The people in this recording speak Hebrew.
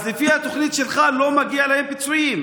אז לפי התוכנית שלך לא מגיעים להם פיצויים.